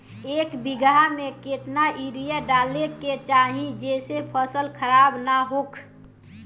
एक बीघा में केतना यूरिया डाले के चाहि जेसे फसल खराब ना होख?